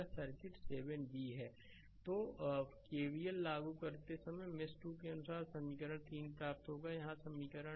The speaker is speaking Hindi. स्लाइड समय देखें 2447 तो केवीएल लागू करते समय मेष 2 के अनुसार समीकरण 3 प्राप्त होगा यहां समीकरण 3 है